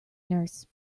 nurse